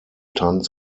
tanz